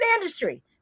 industry